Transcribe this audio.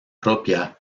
propia